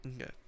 Okay